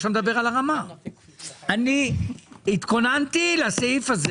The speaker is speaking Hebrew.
אני התכוננתי לסעיף הזה